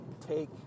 take